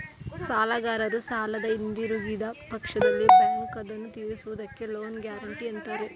ಸಾಲಗಾರರು ಸಾಲನ ಹಿಂದಿರುಗಿಸಿದ ಪಕ್ಷದಲ್ಲಿ ಬ್ಯಾಂಕ್ ಅದನ್ನು ತಿರಿಸುವುದಕ್ಕೆ ಲೋನ್ ಗ್ಯಾರೆಂಟಿ ಅಂತಾರೆ